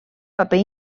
paper